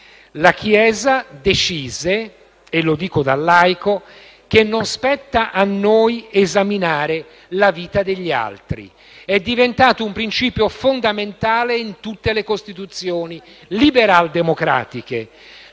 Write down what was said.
La Chiesa decise - e lo dico da laico - che non spetta a noi esaminare la vita degli altri ed è diventato un principio fondamentale in tutte le Costituzioni liberaldemocratiche.